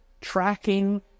tracking